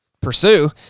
pursue